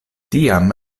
tiam